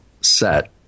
set